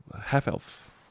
Half-elf